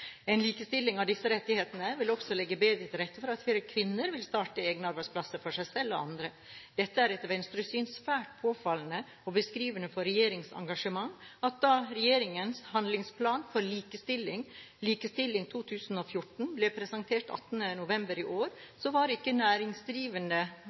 En likestilling av disse rettighetene vil også legge bedre til rette slik at flere kvinner vil starte egne arbeidsplasser for seg selv og andre. Det er etter Venstres syn svært påfallende og beskrivende for regjeringens engasjement at da regjeringens handlingsplan for likestilling, Likestilling 2014, ble presentert 8. november i